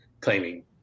claiming